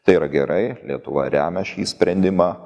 tai yra gerai lietuva remia šį sprendimą